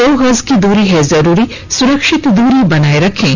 दो गज की दूरी है जरूरी सुरक्षित दूरी बनाए रखें